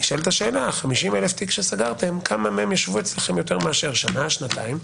נשאלת השאלה: כמה מתוך ה-50,000 שסגרתם ישבו אצלכם יותר משנה או שנתיים?